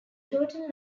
total